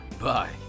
Bye